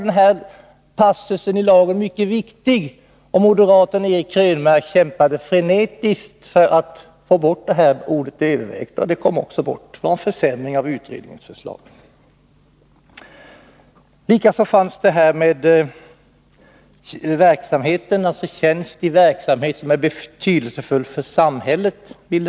Denna passus i lagen var mycket viktig, och moderaten Eric Krönmark kämpade frenetiskt för att få bort ordet ”övervägt”. Det kom också bort. Det innebar en försämring av utredningens förslag. Vidare ville man att det skulle stå ”tjänst i verksamhet, som är betydelsefull för samhället”.